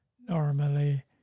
normally